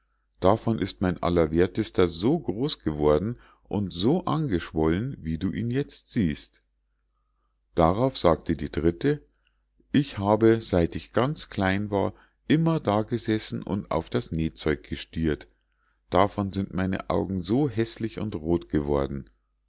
davon ist mein allerwerthester so groß geworden und so angeschwollen wie du ihn jetzt siehst darauf sagte die dritte ich habe seit ich ganz klein war immer da gesessen und auf das nähzeug gestiert davon sind meine augen so häßlich und roth geworden